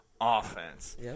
offense